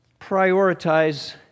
prioritize